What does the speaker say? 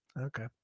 Okay